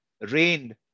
reigned